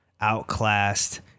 outclassed